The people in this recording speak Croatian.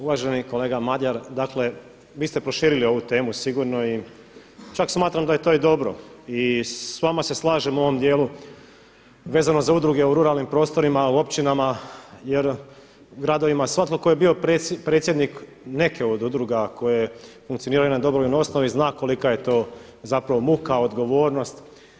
Uvaženi kolega Madjer, dakle vi ste proširili ovu temu sigurno i, čak smatram da je to i dobro i s vama se slažem u ovom dijelu vezano za udruge u ruralnim prostorima, u općinama jer, gradovima, jer svatko tko je bio predsjednik neke od udruga koje funkcioniraju na dobrovoljnoj osnovi zna kolika je to zapravo muka, odgovornost.